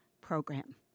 program